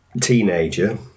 teenager